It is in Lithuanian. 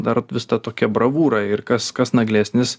dar vis ta tokia bravūra ir kas kas naglesnis